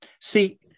see